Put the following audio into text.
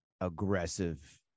aggressive